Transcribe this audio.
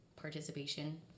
participation